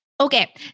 Okay